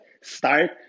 Start